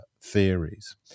theories